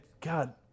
god